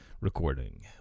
recording